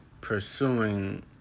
pursuing